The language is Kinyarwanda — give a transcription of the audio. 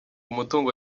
umutungo